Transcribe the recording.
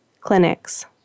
clinics